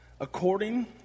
according